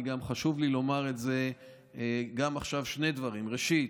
חשוב לומר גם עכשיו שני דברים: ראשית,